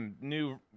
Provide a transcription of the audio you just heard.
new